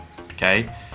okay